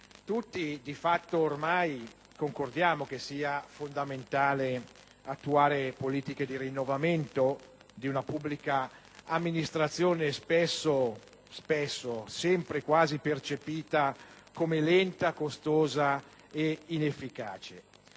tutti ormai sul fatto che sia fondamentale attuare politiche di rinnovamento di una pubblica amministrazione quasi sempre percepita come lenta, costosa e inefficace.